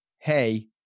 hey